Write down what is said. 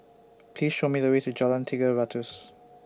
Please Show Me The Way to Jalan Tiga Ratus